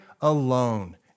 alone